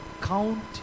Count